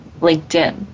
LinkedIn